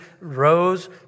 rose